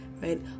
right